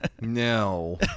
No